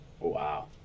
Wow